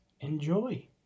Enjoy